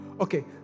okay